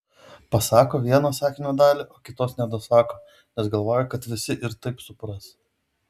pasako vieną sakinio dalį o kitos nedasako nes galvoja kad visi ir taip supras